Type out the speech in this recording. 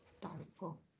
Doubtful